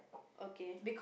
okay